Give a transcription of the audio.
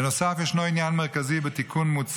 בנוסף, ישנו עניין מרכזי בתיקון.